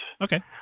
Okay